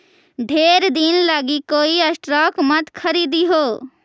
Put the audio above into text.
ढेर दिन लागी कोई स्टॉक मत खारीदिहें